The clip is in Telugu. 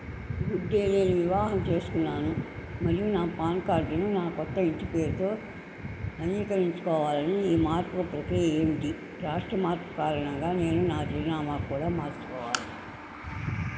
గుడ్ డే నేను వివాహం చేసుకున్నాను మరియు నా పాన్ కార్డును నా కొత్త ఇంటిపేరుతో నవీకరించుకోవాలని ఈ మార్పు ప్రక్రియ ఏమిటి రాష్ట్ర మార్పు కారణంగా నేను నా చిరునామా కూడా మార్చుకోవాలి